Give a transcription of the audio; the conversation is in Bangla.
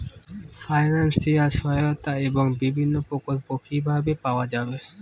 ফাইনান্সিয়াল সহায়তা এবং বিভিন্ন প্রকল্প কিভাবে পাওয়া যাবে?